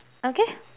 okay